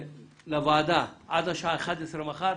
לוועדה עד השעה 11:00 מחר,